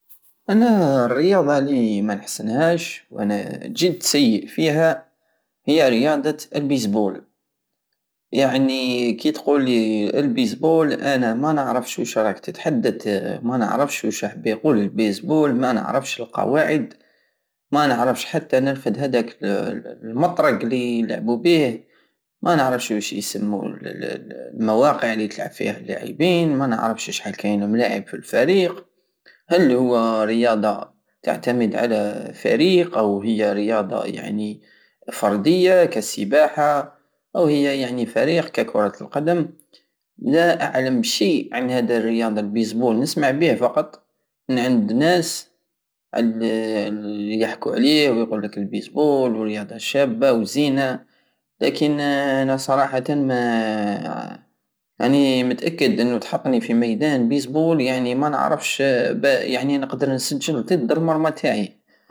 انا الرياضة الي منحسنهاش وانا جد سيء فيها هيا رياضة البيزبول يعني كيتقولي البيزبول انا نعرفش وش راك تتحدت منعرفش وش حب يقول البيزبول منعرفش القواعد منعرفش حتى نرفد هداك المطرق اليلعبو بيه منعرفش وش يسمو المواقع الي تلعب فيها الاعبين منعرفش شحال كاين من لاعب في الفريق هل هو رياضة تعتمد على فريق او هي رياضة يعني فردية كالسباحة او هي يعني فريق ككرة القدم لا اعلم شيء عن هدا رياضة البيزبول نسمع بيه فقط منعند ناس من منعند الي يحكو عليه ويقلك البيزبول رياضة شابة وزينة لكن انا صراحتا يعني راني متاكد انو تحطني في ميدان بيزبول يعني منعرفش ب- يعني نقدر نسجل ض مرمى تاعي